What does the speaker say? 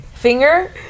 Finger